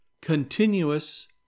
continuous